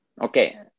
Okay